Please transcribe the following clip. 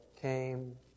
came